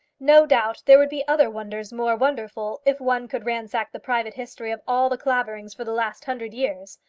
no doubt there would be other wonders, more wonderful, if one could ransack the private history of all the claverings for the last hundred years.